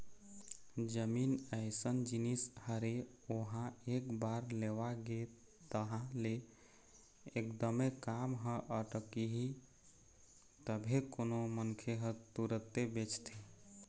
जमीन अइसन जिनिस हरे ओहा एक बार लेवा गे तहाँ ले एकदमे काम ह अटकही तभे कोनो मनखे ह तुरते बेचथे